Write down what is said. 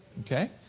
Okay